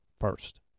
first